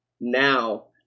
now